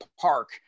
park